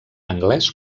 anglès